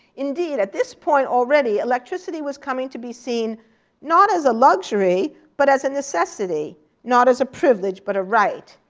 indeed, at this point already electricity was coming to be seen not as a luxury, but as a necessity. not as a privilege, but a right.